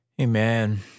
Amen